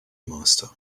master